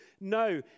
no